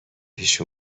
پیش